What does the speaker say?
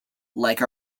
like